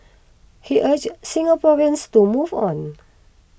he urged Singaporeans to move on